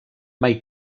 mai